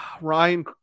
Ryan